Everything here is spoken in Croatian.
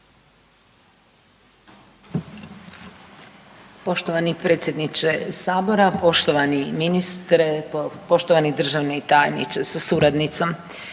Poštovani predsjedniče Sabora, poštovani ministre, poštovani državni tajniče sa suradnicom.